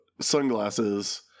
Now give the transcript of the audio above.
sunglasses